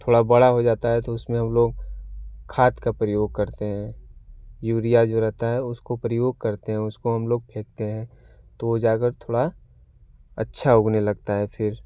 थोड़ा बड़ा हो जाता है तो उसमें हम लोग खाद का प्रयाग करते हैं यूरिया जो रहता है उसको प्रयोग करते हैं उसको हम लोग फेंकते हैं तो वह जाकर थोड़ा अच्छा उगने लगता है फिर